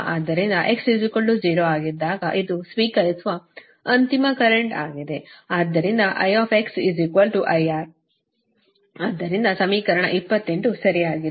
ಆದ್ದರಿಂದ x 0 ಆಗಿದ್ದಾಗ ಇದು ಸ್ವೀಕರಿಸುವ ಅಂತಿಮ ಕರೆಂಟ್ ಆಗಿದೆ ಆದ್ದರಿಂದ I IR ಆದ್ದರಿಂದ ಸಮೀಕರಣ 28 ಸರಿಯಾಗಿದೆ